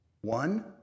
One